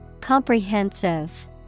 comprehensive